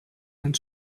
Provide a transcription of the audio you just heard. and